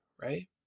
right